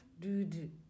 dude